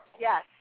yes